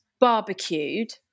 barbecued